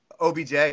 OBJ